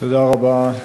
תודה רבה,